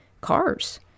cars